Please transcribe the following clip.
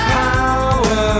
power